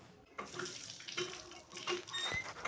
जैविक खेती की होय?